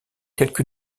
quelque